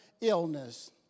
illness